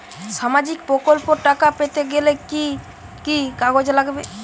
সামাজিক প্রকল্পর টাকা পেতে গেলে কি কি কাগজ লাগবে?